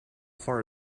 far